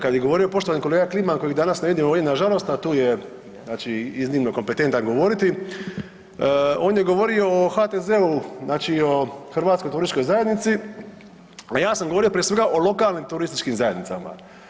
Kad je govorio poštovani kolega Kliman kojeg danas ne vidim ovdje nažalost, a tu je znači iznimno kompetentan govoriti, on je govorio o HTZ-u, znači o Hrvatskoj turističkoj zajednici, a ja sam govorio prije svega o lokalnim turističkim zajednicama.